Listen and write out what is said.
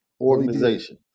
organization